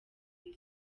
isi